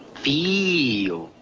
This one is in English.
feeeel.